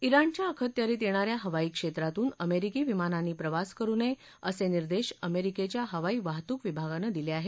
ज्ञाणच्या अखत्यारीत येणा या हवाई क्षेत्रातून अमेरिकी विमानांनी प्रवास करु नये असे निर्देश अमेरिकेच्या हवाई वाहतूक विभागानं दिले आहेत